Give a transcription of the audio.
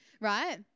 right